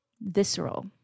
visceral